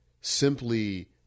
simply